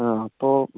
ആ അപ്പോൾ